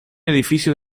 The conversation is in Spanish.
edificio